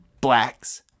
blacks